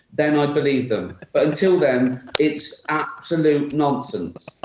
then i'd believe them. but until then, it's absolute nonsense.